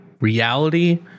reality